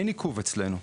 אין עיכוב אצלנו.